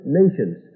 nations